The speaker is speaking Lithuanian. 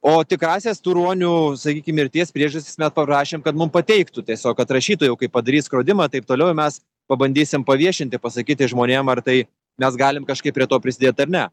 o tikrąsias tų ruonių sakykim mirties priežastis mes paprašėm kad mum pateiktų tiesiog atrašytų jau kaip padarys skrodimą taip toliau ir mes pabandysim paviešinti pasakyti žmonėm ar tai mes galim kažkaip prie to prisidėt ar ne